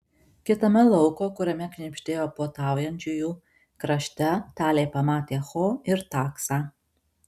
kitame lauko kuriame knibždėjo puotaujančiųjų krašte talė pamatė ho ir taksą